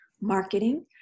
marketing